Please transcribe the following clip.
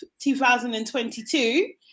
2022